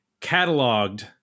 cataloged